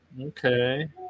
okay